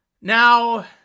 Now